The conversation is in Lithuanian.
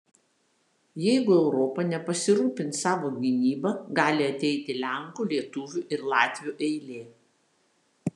jeigu europa nepasirūpins savo gynyba gali ateiti lenkų lietuvių ir latvių eilė